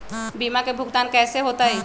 बीमा के भुगतान कैसे होतइ?